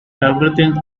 everything